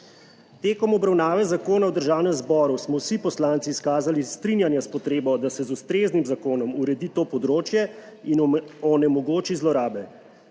Tekom obravnave zakona v Državnem zboru smo vsi poslanci izkazali strinjanje s potrebo, da se z ustreznim zakonom uredi to področje in onemogoči zlorabe.